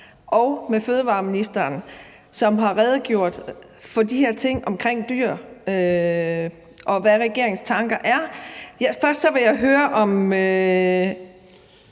og fødevareministeren, som har redegjort for de her ting vedrørende dyr og for, hvad regeringens tanker er. Jeg kan nok